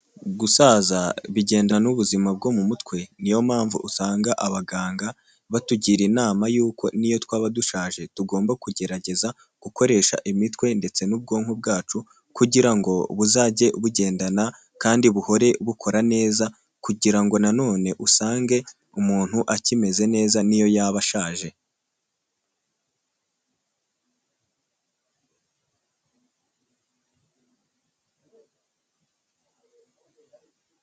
Gusaza bigendana n'ubuzima bwo mu mutwe, ni yo mpamvu usanga abaganga batugira inama yuko n'iyo twaba dushaje tugomba kugerageza gukoresha imitwe ndetse n'ubwonko bwacu kugira ngo buzajye bugendana kandi buhore bukora neza kugira ngo na none usange umuntu akimeze neza n'iyo yaba ashaje.